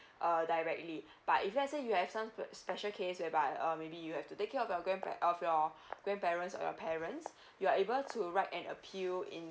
err directly but if let's say you have some spe~ special case whereby uh maybe you have to take care of your grandpa~ of your grandparents or your parents you're able to write an appeal into